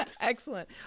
Excellent